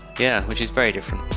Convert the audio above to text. yeah, which is very different.